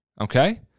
okay